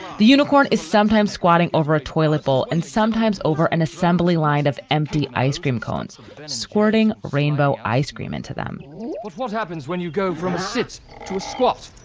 the unicorn is sometimes squatting over a toilet bowl and sometimes over an assembly line of empty ice cream cones squirting rainbow ice cream into them what happens when you go from a sit's to a squat?